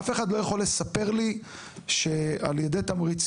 אף אחד לא יכול לספר לי שעל ידי תמריצים